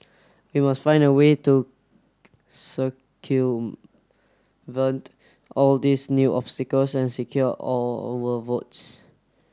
we must find a way to circumvent all these new obstacles and secure our our votes